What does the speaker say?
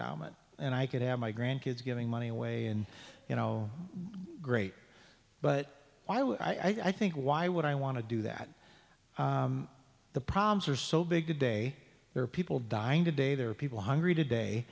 nominee and i could have my grandkids giving money away and you know great but why would i think why would i want to do that the problems are so big today there are people dying today there are people hungry today